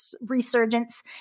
resurgence